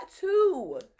two